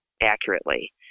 accurately